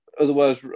Otherwise